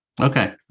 Okay